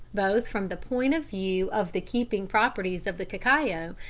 both from the point of view of the keeping properties of the cacao,